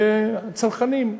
והצרכנים,